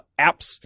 apps